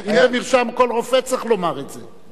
כי אם זה במרשם, כל רופא צריך לומר את זה.